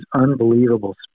unbelievable